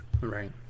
right